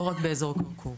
לא רק באזור כרכור.